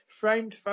framed